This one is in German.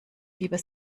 lieber